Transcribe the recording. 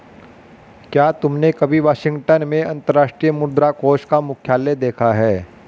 क्या तुमने कभी वाशिंगटन में अंतर्राष्ट्रीय मुद्रा कोष का मुख्यालय देखा है?